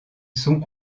sont